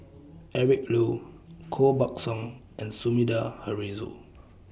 Eric Low Koh Buck Song and Sumida Haruzo